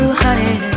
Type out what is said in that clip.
honey